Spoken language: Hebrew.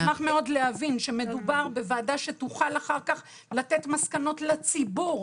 אני אשמח מאוד להבין שמדובר בוועדה שתוכל אחר כך לתת מסקנות לציבור,